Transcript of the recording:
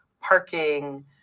parking